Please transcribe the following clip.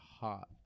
hot